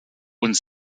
und